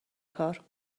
کار